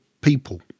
people